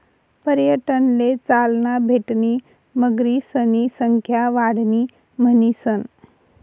पर्यटनले चालना भेटणी मगरीसनी संख्या वाढणी म्हणीसन